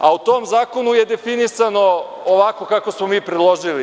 U tom zakonu je definisano ovako kako smo mi predložili.